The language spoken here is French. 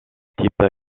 type